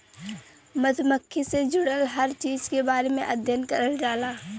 मधुमक्खी से जुड़ल हर चीज के बारे में अध्ययन करल जाला